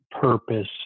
purpose